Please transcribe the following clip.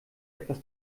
etwas